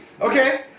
Okay